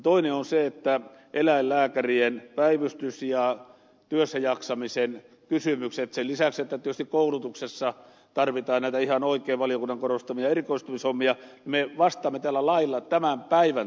kolmas on eläinlääkärien päivystys ja työssäjaksamisen kysymykset sen lisäksi että tietysti koulutuksessa tarvitaan näitä valiokunnan ihan oikein korostamia erikoistumishommia ja me vastaamme tällä lailla tämän päivän tilanteeseen